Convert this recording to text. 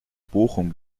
bochum